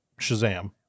Shazam